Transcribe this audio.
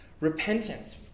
Repentance